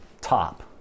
top